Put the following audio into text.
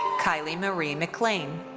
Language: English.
kylee marie mclain.